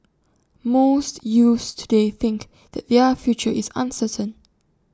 most youths today think that their future is uncertain